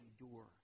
endure